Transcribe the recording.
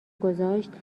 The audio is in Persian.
گذاشت